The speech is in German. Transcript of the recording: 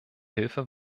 hilfe